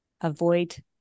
avoid